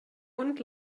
und